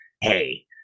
hey